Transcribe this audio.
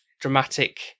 dramatic